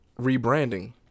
rebranding